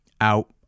out